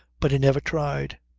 but he never tried.